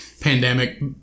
pandemic